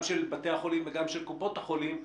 גם של בתי החולים וגם של קופות החולים,